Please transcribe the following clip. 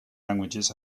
languages